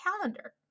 calendar